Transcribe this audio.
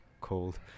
cold